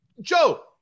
Joe